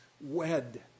wed